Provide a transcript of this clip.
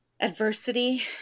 adversity